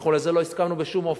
אנחנו לא הסכמנו לזה בשום אופן.